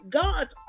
God's